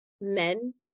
men